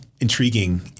intriguing